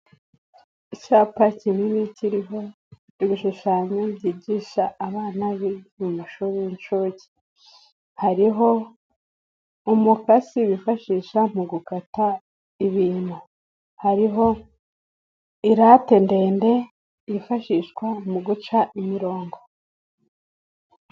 Icyapa kinini kiriho ibishushanyo byigisha abana mu mashuri y'inshuke; hariho umukasi wifashisha mu gukata ibintu, hariho ilate ndende yifashishwa mu guca imirongo.